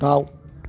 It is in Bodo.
दाउ